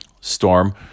Storm